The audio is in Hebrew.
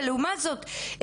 לעומת זאת,